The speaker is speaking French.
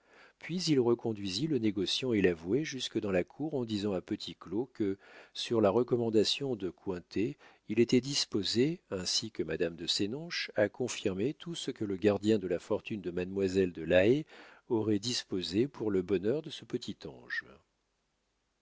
puis il reconduisit le négociant et l'avoué jusque dans la cour en disant à petit claud que sur la recommandation de cointet il était disposé ainsi que madame de sénonches à confirmer tout ce que le gardien de la fortune de mademoiselle de la haye aurait disposé pour le bonheur de ce petit ange